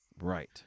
right